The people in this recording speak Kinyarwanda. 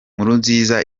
nkurunziza